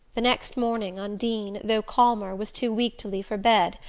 the next morning undine, though calmer, was too weak to leave her bed,